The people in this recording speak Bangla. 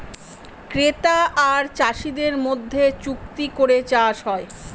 ক্রেতা আর চাষীদের মধ্যে চুক্তি করে চাষ হয়